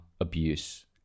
abuse